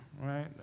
right